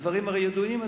הדברים הרי ידועים.